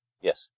yes